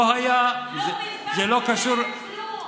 לא בזבזתם מהם כלום.